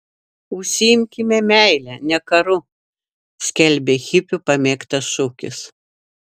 užsiimkime meile ne karu skelbė hipių pamėgtas šūkis